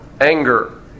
anger